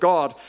God